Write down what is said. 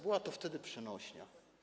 Była to wtedy przenośnia.